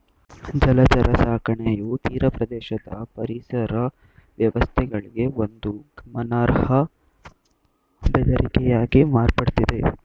ಜಲಚರ ಸಾಕಣೆಯು ತೀರಪ್ರದೇಶದ ಪರಿಸರ ವ್ಯವಸ್ಥೆಗಳಿಗೆ ಒಂದು ಗಮನಾರ್ಹ ಬೆದರಿಕೆಯಾಗಿ ಮಾರ್ಪಡ್ತಿದೆ